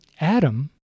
Adam